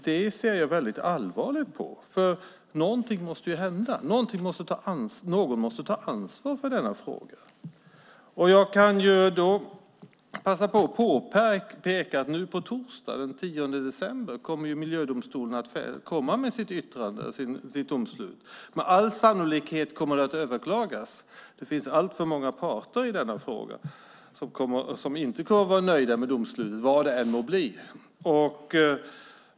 Det ser jag väldigt allvarligt på. Någonting måste ju hända. Någon måste ta ansvar för denna fråga. Jag kan passa på att påpeka att nu på torsdag den 10 december kommer Miljödomstolen att lämna sitt domslut. Med all sannolikhet kommer det att överklagas. Det finns alltför många parter i denna fråga som inte kommer att vara nöjda med domslutet, vad det än må bli.